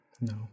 No